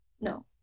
No